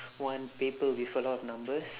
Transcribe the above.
one paper with a lot of numbers